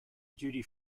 duty